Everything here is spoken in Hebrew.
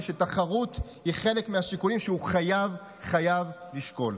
שתחרות היא חלק מהשיקולים שהוא חייב חייב לשקול.